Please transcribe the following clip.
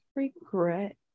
Regret